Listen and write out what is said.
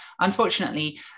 Unfortunately